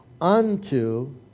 unto